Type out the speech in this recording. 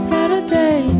Saturday